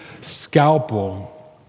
scalpel